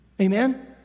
Amen